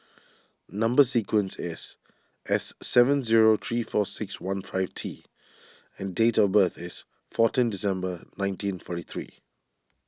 Number Sequence is S seven zero three four six one five T and date of birth is fourteen December nineteen forty three